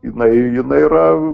jinai jinai yra